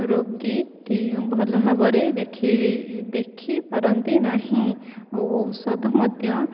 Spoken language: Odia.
ରୋଗୀ ଭଲଭାବରେ ଦେଖେଇ ଦେଖିପାରନ୍ତି ନାହିଁ ଓ ଔଷଧ ମଧ୍ୟ